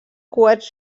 coets